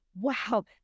wow